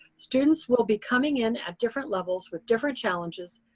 students will be coming in at different levels with different challenges,